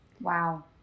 Wow